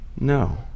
no